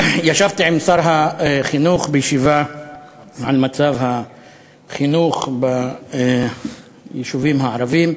ישבתי עם שר החינוך על מצב החינוך ביישובים הערביים.